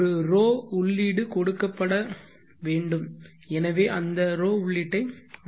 ஒரு ρ உள்ளீடு கொடுக்கப்பட வேண்டும் எனவே அந்த ρ உள்ளீட்டை வழங்குகிறோம்